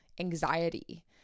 anxiety